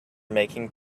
making